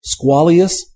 Squalius